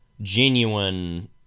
genuine